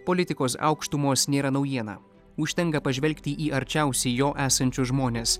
politikos aukštumos nėra naujiena užtenka pažvelgti į arčiausiai jo esančius žmones